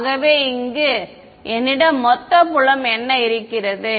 ஆகவே இங்கு என்னிடம் மொத்த புலம் என்ன இருக்கிறது